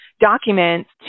documents